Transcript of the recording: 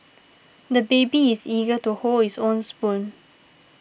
the baby is eager to hold his own spoon